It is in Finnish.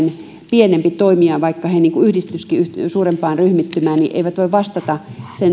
pienemmät toimijat vaikka ne yhdistyisivätkin suurempaan ryhmittymään eivät voi vastata siihen